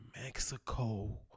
Mexico